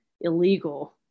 illegal